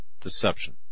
deception